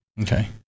okay